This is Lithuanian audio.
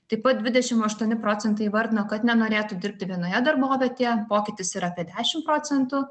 taip pat dvidešim aštuoni procentai įvardino kad nenorėtų dirbti vienoje darbovietėje pokytis yra apie dešim procentų